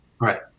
Right